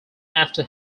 after